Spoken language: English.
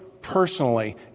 personally